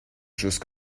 chose